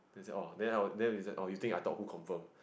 you say oh then I would then you say you think I thought who confirm